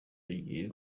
agiye